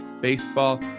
baseball